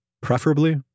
preferably